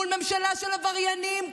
מול ממשלה של עבריינים,